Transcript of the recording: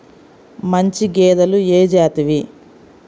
మంచి గేదెలు ఏ జాతివి?